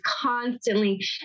constantly